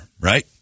right